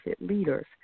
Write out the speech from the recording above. leaders